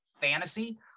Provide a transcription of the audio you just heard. fantasy